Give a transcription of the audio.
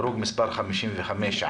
הרוג מס' 55,